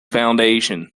foundation